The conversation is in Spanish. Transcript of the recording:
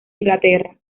inglaterra